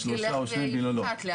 יילך ויפחת לאט.